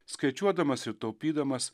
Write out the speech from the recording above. skaičiuodamas ir taupydamas